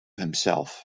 himself